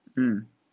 mm